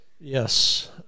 Yes